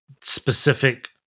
specific